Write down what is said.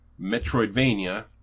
Metroidvania